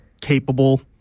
capable